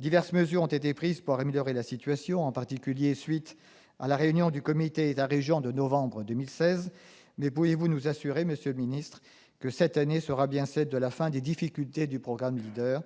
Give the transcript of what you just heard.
Diverses mesures ont été prises pour améliorer la situation, en particulier à la suite de la réunion du comité État-régions de novembre 2016, mais pouvez-vous nous assurer, monsieur le ministre, que cette année sera bien celle de la fin des difficultés du programme LEADER ?